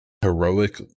heroic